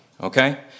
Okay